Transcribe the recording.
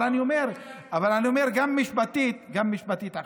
אבל אני אומר, גם משפטית עכשיו,